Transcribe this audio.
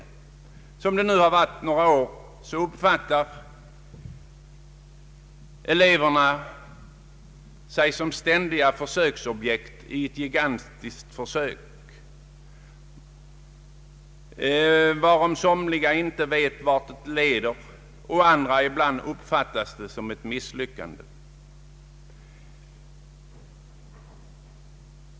Såsom förhållandena varit under några år uppfattar sig eleverna som ständiga försöksobjekt i ett gigantiskt försök, om vilket somliga inte vet vart det leder och vilket andra ibland uppfattar som ett misslyckande.